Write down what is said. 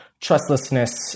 trustlessness